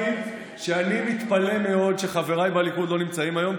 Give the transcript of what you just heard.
אני רוצה להגיד שאני מתפלא מאוד שחבריי בליכוד לא נמצאים היום,